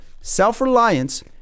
Self-Reliance